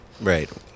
Right